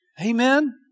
Amen